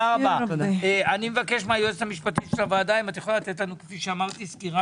אני מבקש מהיועצת המשפטית לתת סקירה